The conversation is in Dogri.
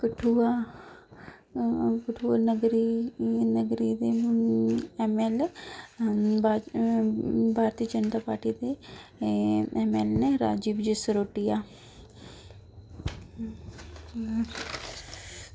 कठुआ कठुआ नगरी नगरी दे एमएलए भारतीय जनता पार्टी दे एमएलए राजीव जसरोटिया